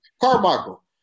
Carmichael